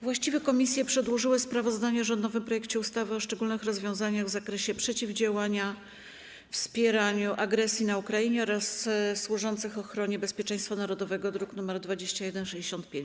Właściwe komisje przedłożyły sprawozdanie o rządowym projekcie ustawy o szczególnych rozwiązaniach w zakresie przeciwdziałania wspieraniu agresji na Ukrainę oraz służących ochronie bezpieczeństwa narodowego, druk nr 2165.